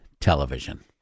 television